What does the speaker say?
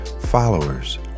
Followers